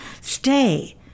stay